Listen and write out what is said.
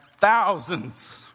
Thousands